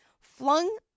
flung